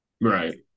right